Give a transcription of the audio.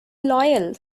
loyal